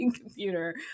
computer